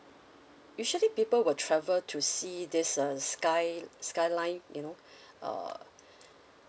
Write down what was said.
usually people will travel to see this uh sky skyline you know uh